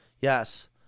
Yes